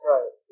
Right